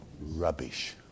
Rubbish